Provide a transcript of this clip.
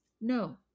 no